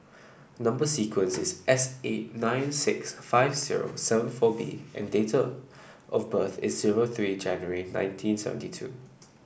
number sequence is S eight nine six five zero seven four B and date of birth is zero three January nineteen seventy two